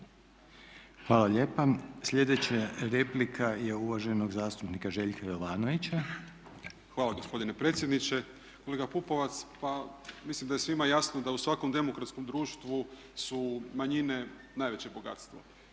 Hvala lijepa. Sljedeća replika je uvaženog zastupnika Željka Jovanovića. **Jovanović, Željko (SDP)** Hvala gospodine predsjedniče. Kolega Pupovac pa mislim da je svima jasno da u svakom demokratskom društvu su manjine najveće bogatstvo